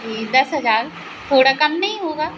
जी दस हज़ार थोड़ा कम नहीं होगा